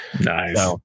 Nice